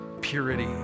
purity